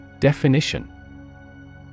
Definition